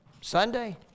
Sunday